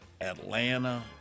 Atlanta